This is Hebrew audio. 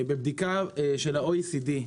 בבדיקה של ה-OECD,